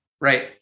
right